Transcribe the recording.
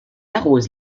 arrose